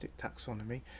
taxonomy